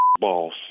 boss